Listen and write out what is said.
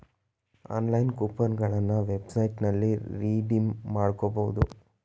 online coupon ಗಳನ್ನ ವೆಬ್ಸೈಟ್ನಲ್ಲಿ redeem ಮಾಡ್ಕೋಬಹುದು